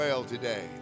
Today